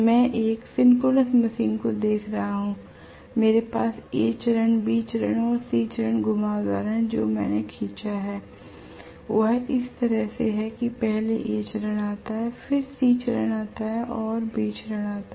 मैं एक synchronous machine को देख रहा हूं मेरे पास A चरण B चरण और C चरण घुमावदार है जो मैंने खींचा है वह इस तरह से है कि पहले A चरण आता है फिर C चरण आता है फिर B चरण आता है